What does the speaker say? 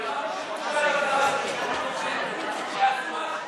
שומעת מה, מה הוא אמר?